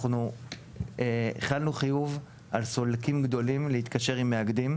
אנחנו החלנו חיוב על סולקים גדולים להתקשר עם מאגדים,